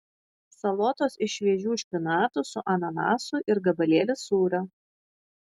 salotos iš šviežių špinatų su ananasu ir gabalėlis sūrio